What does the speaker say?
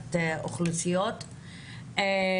תעסוקת אוכלוסיות, בבקשה.